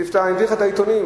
אני אביא לך את העיתונים.